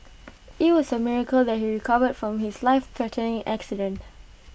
IT was A miracle that he recovered from his lifethreatening accident